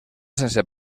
sense